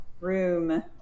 room